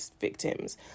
victims